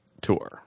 tour